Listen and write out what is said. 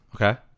Okay